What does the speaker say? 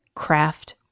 craft